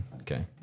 okay